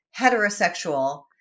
heterosexual